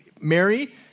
Mary